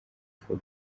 for